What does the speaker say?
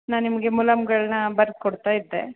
ನಾ ನಿಮಗೆ ಮುಲಾಮ್ಗಳನ್ನ ಬರ್ದು ಕೊಡ್ತಾ ಇದ್ದೆ